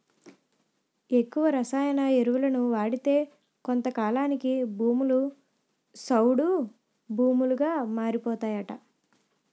ఎక్కువ రసాయన ఎరువులను వాడితే కొంతకాలానికి భూములు సౌడు భూములుగా మారిపోతాయట